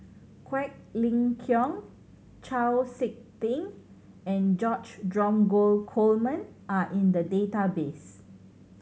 Quek Ling Kiong Chau Sik Ting and George Dromgold Coleman are in the database